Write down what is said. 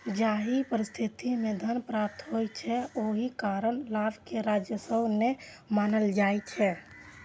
जाहि परिस्थिति मे धन प्राप्त होइ छै, ओहि कारण लाभ कें राजस्व नै मानल जाइ छै